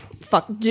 fuck